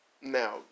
Now